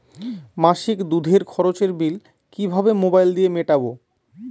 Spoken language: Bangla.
মাসিক দুধের খরচের বিল কিভাবে মোবাইল দিয়ে মেটাব?